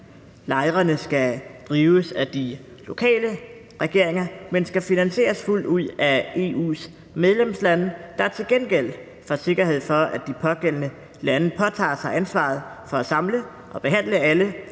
Lejrene skal drives af de lokale regeringer, men skal finansieres fuldt ud af EU's medlemslande, der til gengæld får sikkerhed for, at de pågældende lande påtager sig ansvaret for at samle alle